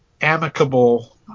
amicable